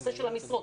בנושא של המשרות,